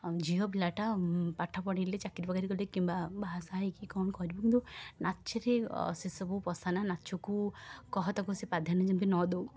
ଝିଅ ପିଲାଟା ପାଠ ପଢ଼ିଲେ ଚାକିରୀଫାକିରୀ କରିଲେ କିମ୍ବା ବାହାସାହା ହେଇକି କ'ଣ କରିବ କିନ୍ତୁ ନାଚରେ ସେସବୁ ପଶାନା ନାଚକୁ କହ ତାକୁ ସିଏ ପ୍ରାଧାନ୍ୟ ଯେମିତି ନ ଦେଉ